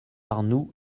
arnoux